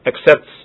accepts